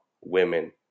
women